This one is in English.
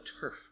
turf